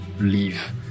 leave